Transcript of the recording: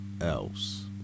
else